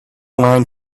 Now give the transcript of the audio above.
line